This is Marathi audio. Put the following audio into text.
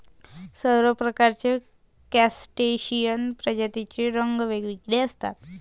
सर्व प्रकारच्या क्रस्टेशियन प्रजातींचे रंग वेगवेगळे असतात